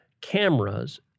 cameras